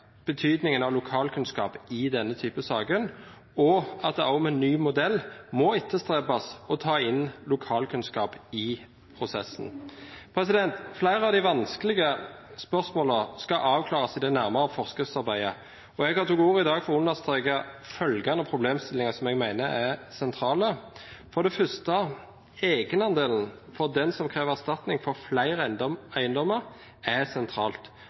betydningen av lokalkunnskap i denne typen saker, og at det også med ny modell må etterstrebes å ta inn lokalkunnskap i prosessen. Flere av de vanskelige spørsmålene skal avklares i det nærmere forskriftsarbeidet, og jeg har tatt ordet i dag for å understreke noen problemstillinger som jeg mener er sentrale. For det første er egenandelen for den som krever erstatning for flere eiendommer, sentralt. Her er